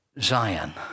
Zion